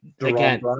Again